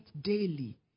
daily